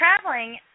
traveling –